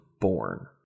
born